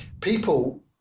people